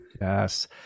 Yes